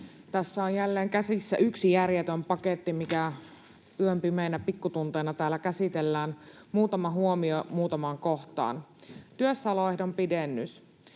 Tässä on jälleen käsissä yksi järjetön paketti, mitä yön pimeinä pikkutunteina täällä käsitellään. Muutama huomio muutamaan kohtaan. Työssäoloehdon pidennys: